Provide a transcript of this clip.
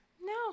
No